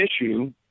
issue